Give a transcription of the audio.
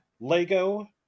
Lego